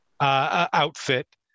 outfit